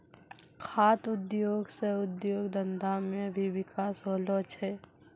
खाद्य उद्योग से उद्योग धंधा मे भी बिकास होलो छै